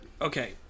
Okay